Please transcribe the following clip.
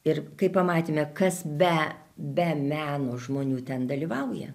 ir kai pamatėme kas be be meno žmonių ten dalyvauja